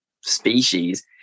species